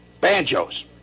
Banjos